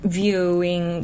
viewing